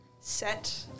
set